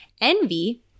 Envy